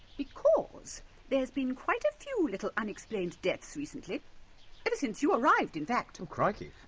because there's been quite a few little unexplained deaths recently. ever since you arrived, in fact! and crikey!